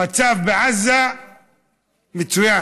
המצב בעזה מצוין.